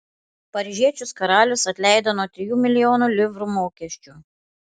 paryžiečius karalius atleido nuo trijų milijonų livrų mokesčių